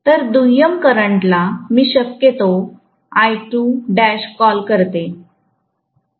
तर दुय्यम करंटला मी शक्यतोकॉल करते